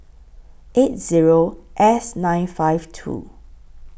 eight Zero S nine five two